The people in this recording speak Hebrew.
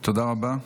תודה רבה.